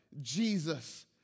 Jesus